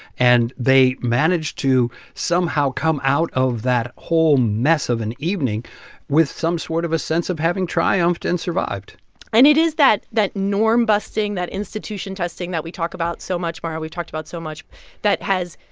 and they managed to somehow come out of that whole mess of an evening with some sort of a sense of having triumphed and survived and it is that that norm-busting, that institution-testing, that we talk about so much mara, we've talked about so much that has,